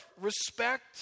respect